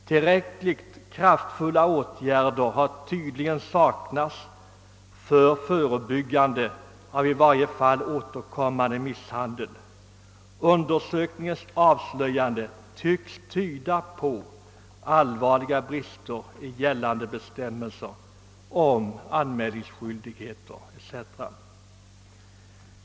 Tillräckligt kraftfulla åtgärder har tydligen saknats till förebyggande härav. Undersökningens avslöjanden tyder på allvarliga brister i gällande bestämmelser om anmälningsskyldighet etc.